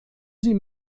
sie